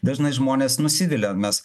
dažnai žmonės nusivilia mes